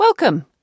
Welcome